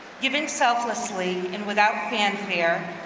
giving selflessly and without fanfare,